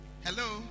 Hello